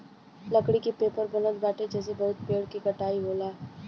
लकड़ी के पेपर बनत बाटे जेसे बहुते पेड़ के कटाई होला